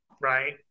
right